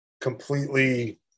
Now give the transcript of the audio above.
completely